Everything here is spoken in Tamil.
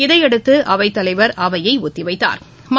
இதனையடுத்து அவைத்தலைவா் அவையை ஒத்திவைத்தாா்